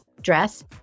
Dress